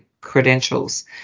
credentials